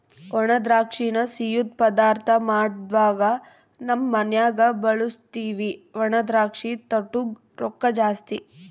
ಒಣದ್ರಾಕ್ಷಿನ ಸಿಯ್ಯುದ್ ಪದಾರ್ಥ ಮಾಡ್ವಾಗ ನಮ್ ಮನ್ಯಗ ಬಳುಸ್ತೀವಿ ಒಣದ್ರಾಕ್ಷಿ ತೊಟೂಗ್ ರೊಕ್ಕ ಜಾಸ್ತಿ